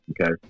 okay